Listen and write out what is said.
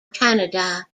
canada